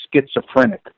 schizophrenic